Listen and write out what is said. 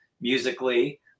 musically